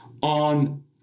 on